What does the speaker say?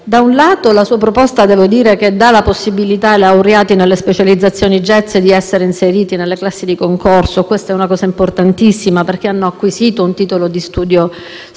soddisfatta. La sua proposta, infatti, dà la possibilità ai laureati nelle specializzazioni jazz di essere inseriti nelle classi di concorso e questa è una cosa importantissima perché hanno acquisito un titolo di studio specifico,